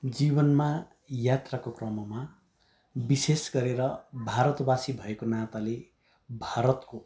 जीवनमा यात्राको क्रममा विशेष गरेर भारतवासी भएको नाताले भारतको